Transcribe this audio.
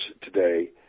today